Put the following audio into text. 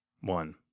One